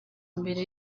imbere